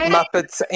Muppets